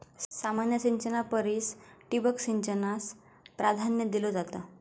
सामान्य सिंचना परिस ठिबक सिंचनाक प्राधान्य दिलो जाता